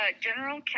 General